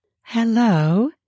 Hello